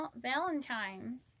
Valentine's